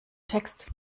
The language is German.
text